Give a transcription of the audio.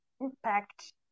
impact